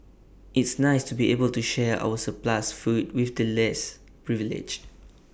it's nice to be able to share our surplus food with the less privileged